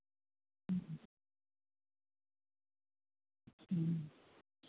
ᱦᱩᱸ ᱦᱩᱸ